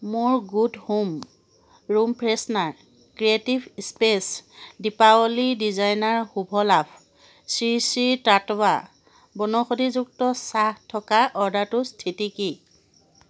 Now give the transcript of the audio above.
মোৰ good home room freshener creative space দীপাৱলীৰ designer Shubh Labh Shri Shri Tattva বনৌষধিযুক্ত চাহ থকা অৰ্ডাৰটোৰ স্থিতি কি